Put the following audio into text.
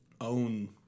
own